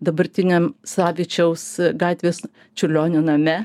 dabartiniam savičiaus gatvės čiurlionio name